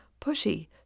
pushy